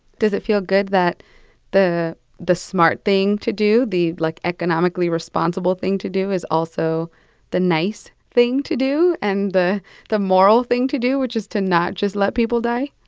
does it feel good that the the smart thing to do the, like, economically responsible thing to do is also the nice thing to do and the the moral thing to do, which is to not just let people die?